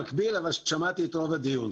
שמעתי את רוב הדיון.